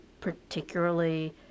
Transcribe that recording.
particularly